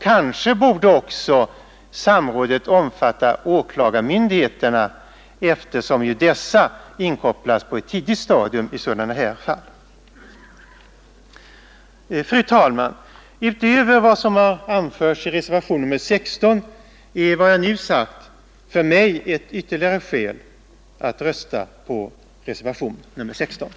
Kanske borde också åklagarmyndigheterna delta i samrådet, eftersom ju dessa inkopplas på ett tidigt stadium i sådana här fall. Fru talman! Utöver vad som har anförts i reservationen 16 är vad jag nu sagt för mig ytterligare skäl att rösta på reservationen vid denna punkt.